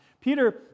Peter